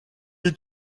est